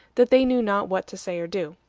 that they knew not what to say or do.